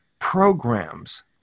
programs